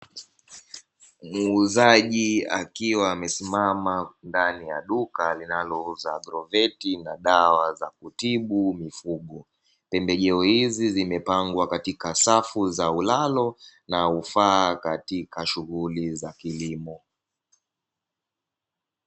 Muuzaji akiwa amesimama ndani ya duka linalouza agroveti na dawa za kutibu mifugo. Pembejeo hizi zimepangwa katika safu za ulalo na hufaa katika shughuli za kilimo.